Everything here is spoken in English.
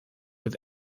with